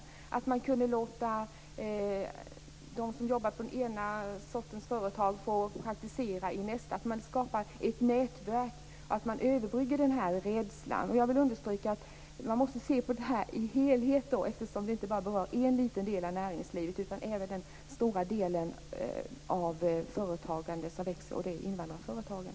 Man skulle kunna låta dem som jobbar på en sorts företag praktisera i en annan sorts företag och skapa ett nätverk för att överbrygga rädslan. Jag vill understryka att man måste se på detta i ett helhetsperspektiv, eftersom det inte bara rör en liten del av näringslivet utan även den stora del företag som växer, nämligen invandrarföretagen.